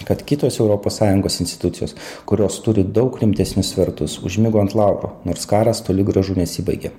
kad kitos europos sąjungos institucijos kurios turi daug rimtesnius svertus užmigo ant laurų nors karas toli gražu nesibaigė